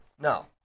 No